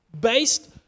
Based